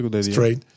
straight